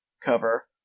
cover